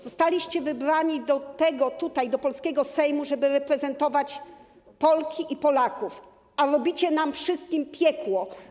Zostaliście wybrani do polskiego Sejmu, żeby reprezentować Polki i Polaków, a robicie nam wszystkim piekło.